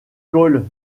coll